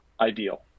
ideal